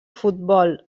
futbol